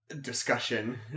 discussion